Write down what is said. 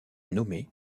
nommée